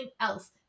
else